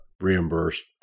reimbursed